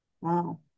wow